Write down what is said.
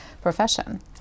profession